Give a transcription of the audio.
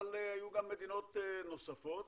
אבל היו גם מדינות נוספות,